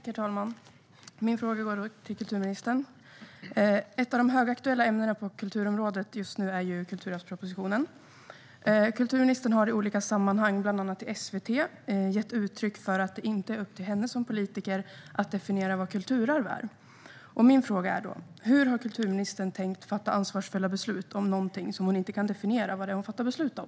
Herr talman! Min fråga går till kulturministern. Ett av de högaktuella ämnena på kulturområdet just nu är kulturarvspropositionen. Kulturministern har i olika sammanhang, bland annat i SVT, gett uttryck för att det inte är upp till henne som politiker att definiera vad kulturarv är. Min fråga är: Hur har kulturministern tänkt fatta ansvarsfulla beslut om hon inte kan definiera vad det är hon fattar beslut om?